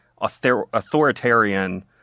authoritarian